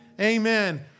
Amen